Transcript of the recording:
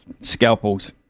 Scalpels